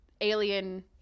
alien